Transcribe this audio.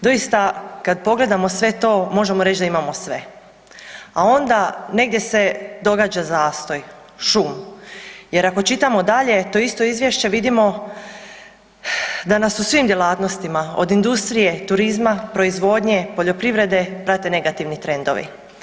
Doista, kad pogledamo sve to možemo reći da imamo sve, a onda negdje se događa zastoj, šum jer ako čitamo dalje to isto izvješće vidimo da nas u svim djelatnostima od industrije, turizma, proizvodnje, poljoprivrede prate negativni trendovi.